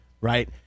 right